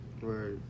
Right